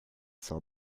saw